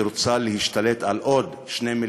שרוצה להשתלט על עוד 2,